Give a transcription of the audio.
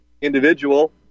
individual